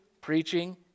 preaching